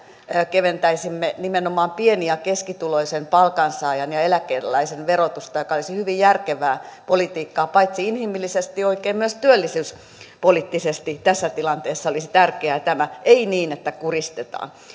keventäisimme nimenomaan pieni ja keskituloisen palkansaajan ja eläkeläisen verotusta mikä olisi hyvin järkevää politiikkaa paitsi inhimillisesti oikein myös työllisyyspoliittisesti tässä tilanteessa olisi tärkeää tämä ei niin että kuristetaan